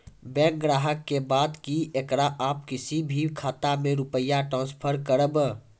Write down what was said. Bank ग्राहक के बात की येकरा आप किसी भी खाता मे रुपिया ट्रांसफर करबऽ?